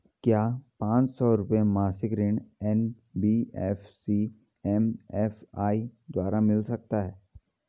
क्या पांच सौ रुपए मासिक ऋण एन.बी.एफ.सी एम.एफ.आई द्वारा मिल सकता है?